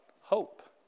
hope